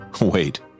wait